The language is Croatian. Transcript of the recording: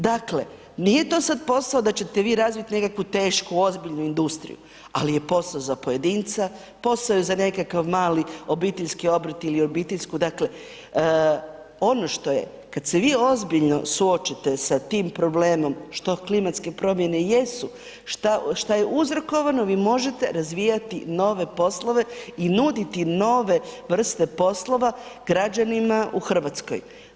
Dakle, nije to sad posao da ćete vi razviti nekakvu tešku, ozbiljnu industriju, ali je posao za pojedinca, posao je za nekakav mali obiteljski obrt ili obiteljsku dakle, ono što je kad se vi ozbiljno suočite sa tim problemom što klimatske promjene jesu, što je uzrokovano, vi možete razvijati nove poslove i nuditi nove vrste poslova građanima u Hrvatskoj.